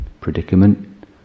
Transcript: predicament